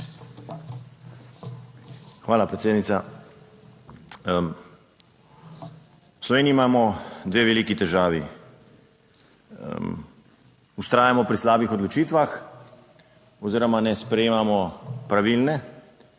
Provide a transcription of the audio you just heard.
Hvala predsednica. V Sloveniji imamo dve veliki težavi: vztrajamo pri slabih odločitvah oziroma ne sprejemamo pravilne